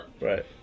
Right